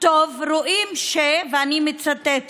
אני מזכיר